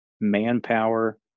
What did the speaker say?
manpower